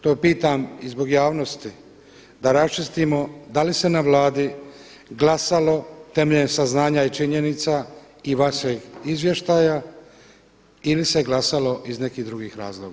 To pitam i zbog javnosti da raščistimo da li se na Vladi glasalo temeljem saznanja i činjenica i vašeg izvještaja ili se glasalo iz nekih drugih razloga?